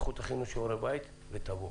הכינו שיעורי בית ותבואו.